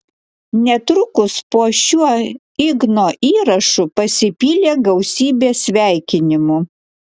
netrukus po šiuo igno įrašu pasipylė gausybė sveikinimų